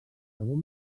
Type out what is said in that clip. segon